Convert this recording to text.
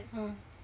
ah